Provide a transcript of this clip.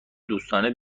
دوستانه